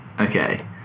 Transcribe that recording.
Okay